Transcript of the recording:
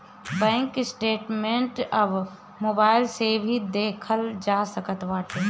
bank statement अब mobile से भी देखल जा सकत बाटे